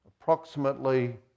Approximately